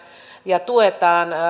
ja tuetaan